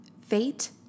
fate